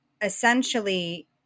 essentially